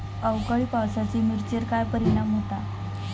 अवकाळी पावसाचे मिरचेर काय परिणाम होता?